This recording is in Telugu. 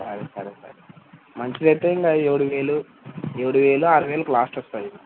సరే సరే సర్ మంచిది అయితే ఇంగ ఏడు వేలు ఏడు వేలు ఆరు వేలుకి లాస్ట్ వస్తుంది